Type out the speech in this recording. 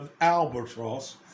Albatross